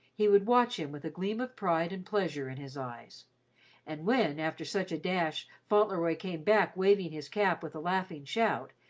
he would watch him with a gleam of pride and pleasure in his eyes and when, after such a dash, fauntleroy came back waving his cap with a laughing shout,